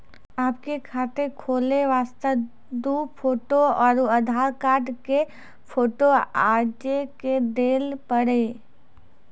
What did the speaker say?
आपके खाते खोले वास्ते दु फोटो और आधार कार्ड के फोटो आजे के देल पड़ी?